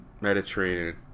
Mediterranean